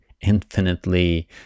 infinitely